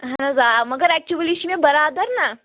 اَہَن حظ آ مگر ایٚکچُؤلی چھُ مےٚ برادر نا